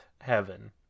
heaven